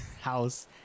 house